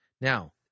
Now